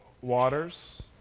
waters